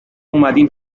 اومدیم